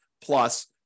plus